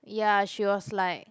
ya she was like